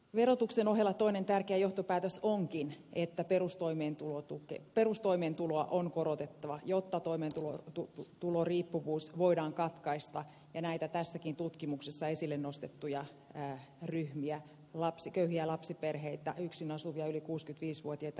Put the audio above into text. verotuksen ohella toinen tärkeä johtopäätös onkin että perustoimeentulotuki perustoimeentuloa on korotettava jotta toimeentulotuki tuloriippuvuus voidaan katkaista ja näitä tässäkin tutkimuksessa esille nostettuja pitää ryhmiä lapsi köyhiä lapsiperheitä yksin asuvia yli kuuskytviis voiteta